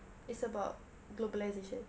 it's about globalization